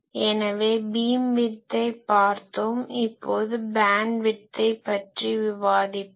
எனவே பீம் விட்தை பார்த்தோம் இப்போது பேன்ட்விட்த்தை பற்றி விவாதிப்போம்